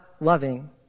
loving